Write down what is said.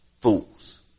fools